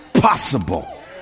possible